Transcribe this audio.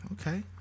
Okay